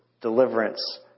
deliverance